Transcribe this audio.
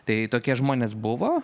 tai tokie žmonės buvo